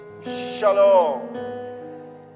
Shalom